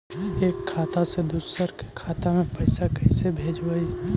एक खाता से दुसर के खाता में पैसा कैसे भेजबइ?